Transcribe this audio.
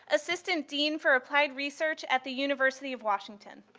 assistant dean for applied research at the university of washington.